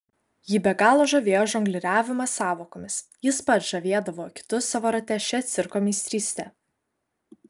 jį be galo žavėjo žongliravimas sąvokomis jis pats žavėdavo kitus savo rate šia cirko meistryste